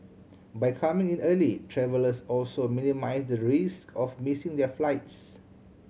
by coming in early travellers also minimise the risk of missing their flights